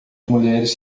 mulheres